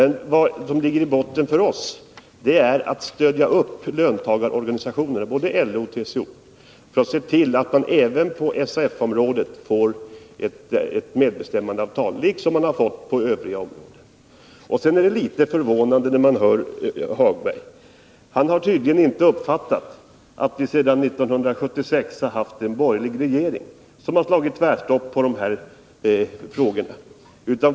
I botten ligger att vi vill stödja löntagarorganisationerna, både LO och TCO, och se till att det Nr 34 även på SAF-området blir ett medbestämmandeavtal i likhet med vad som har uppnåtts på övriga områden. Vad Lars-Ove Hagberg säger är litet förvånande. Han har tydligen inte uppfattat att vi sedan 1976 har haft en borgerlig regering som har slagit tvärstopp i dessa frågor.